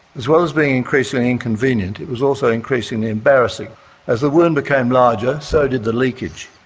as well as being increasingly inconvenient it was also increasingly embarrassing as the wound became larger, so did the leakage.